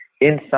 inside